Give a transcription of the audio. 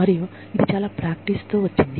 మరియు ఇది చాలా ప్రాక్టీసు తో వచ్చింది